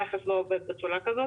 המכס לא עובד בצורה כזאת.